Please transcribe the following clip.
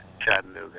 Chattanooga